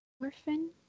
Orphan